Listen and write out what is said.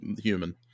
human